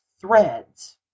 threads